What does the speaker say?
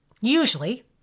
usually